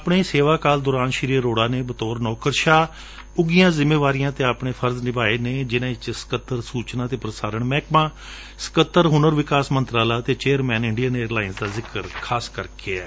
ਆਪਣੇ ਸੇਵਾ ਕਾਲ ਦੌਰਾਨ ਸ੍ਰੀ ਅਰੋੜਾ ਨੇ ਬਤੌਰ ਨੌਕਰਸ਼ਾਹ ਉਘੀਆਂ ਜਿੰਮੇਵਾਰੀਆਂ ਤੇ ਆਪਣੇ ਫਰਜ਼ ਨਿਭਾਏ ਨੇ ਜਿਨਾਂ ਵਿਚ ਸਕੱਤਰ ਸੁਚਨਾ ਅਤੇ ਪ੍ਰਸਾਰਣ ਮਹਿਕਮਾ ਸਕੱਤਰ ਹੁਨਰ ਵਿਕਾਸ ਮੰਤਰਾਲਾ ਅਤੇ ਚੇਅਰਮੈਨ ਇੰਡੀਆ ਏਅਰ ਲਾਈਨ ਦਾ ਜ਼ਿਕਰ ਖਾਸ ਕਰਕੇ ਹੈ